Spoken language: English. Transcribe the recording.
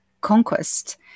conquest